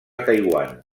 taiwan